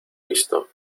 visto